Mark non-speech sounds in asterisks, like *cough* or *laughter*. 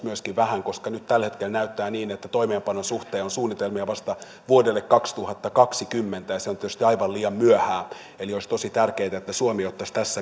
*unintelligible* myöskin vähän koska nyt tällä hetkellä näyttää siltä että toimeenpanon suhteen on suunnitelmia vasta vuodelle kaksituhattakaksikymmentä ja se on tietysti aivan liian myöhään eli olisi tosi tärkeätä että suomi ottaisi